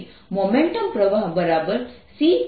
momentum પ્રવાહc